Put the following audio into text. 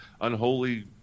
unholy